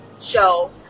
show